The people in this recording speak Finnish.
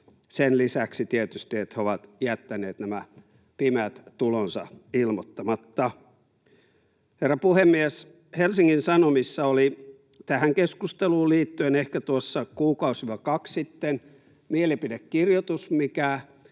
sen lisäksi tietysti, että he ovat jättäneet nämä pimeät tulonsa ilmoittamatta. Herra puhemies! Helsingin Sanomissa oli tähän keskusteluun liittyen ehkä tuossa kuukausi—kaksi sitten mielipidekirjoitus, minkä